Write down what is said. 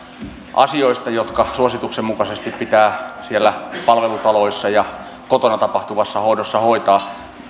asioista jotka suosituksen mukaisesti pitää siellä palvelutaloissa ja kotona tapahtuvassa hoidossa hoitaa